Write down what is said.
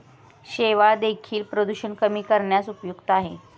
शेवाळं देखील प्रदूषण कमी करण्यास उपयुक्त आहे